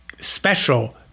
special